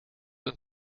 een